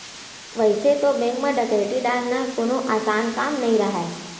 वइसे तो बेंक म डकैती डालना कोनो असान काम नइ राहय